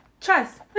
trust